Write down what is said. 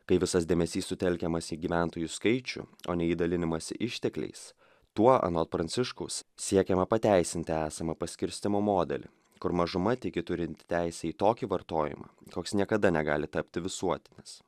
kai visas dėmesys sutelkiamas į gyventojų skaičių o ne į dalinimąsi ištekliais tuo anot pranciškaus siekiama pateisinti esamą paskirstymo modelį kur mažuma tiki turinti teisę į tokį vartojimą koks niekada negali tapti visuotinis